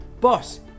Boss